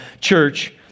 church